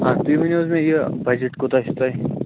آ تُہۍ ؤنِو حظ مےٚ یہِ بَجَٹ کوٗتاہ چھُو تۄہہِ